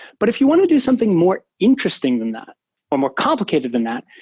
but if you want to do something more interesting than that or more complicated than that,